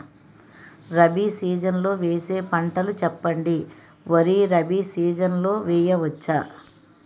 Rabi season లో వేసే పంటలు చెప్పండి? వరి రబీ సీజన్ లో వేయ వచ్చా?